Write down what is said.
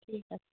ঠিক আছে